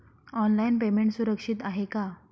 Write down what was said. Online payment सुरक्षित आहे का?